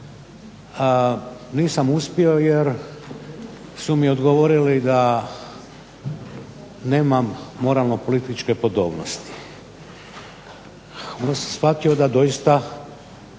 Nisam uspio jer su mi odgovorili da nemam moralno političke podobnosti. Onda sam shvatio da doista